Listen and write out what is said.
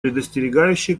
предостерегающе